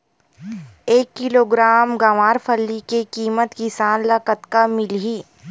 एक किलोग्राम गवारफली के किमत किसान ल कतका मिलही?